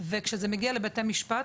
וכשזה מגיע לבתי משפט,